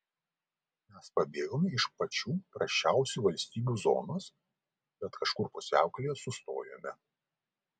mes pabėgome iš pačių prasčiausių valstybių zonos bet kažkur pusiaukelėje sustojome